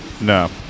No